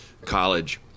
college